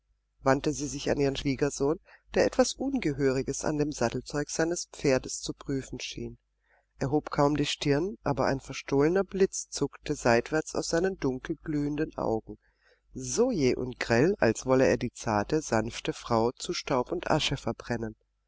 wandte sie sich an ihren schwiegersohn der etwas ungehöriges an dem sattelzeug seines pferdes zu prüfen schien er hob kaum die stirn aber ein verstohlener blitz zuckte seitwärts aus seinen dunkelglühenden augen so jäh und grell als wolle er die zarte sanfte frau zu staub und asche verbrennen